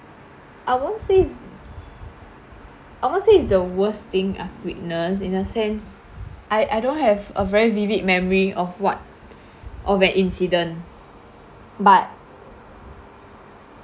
I won't say I won't say is the worst thing I've witnessed in a sense I I don't have a very vivid memory of what of an incident but